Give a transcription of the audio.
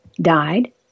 died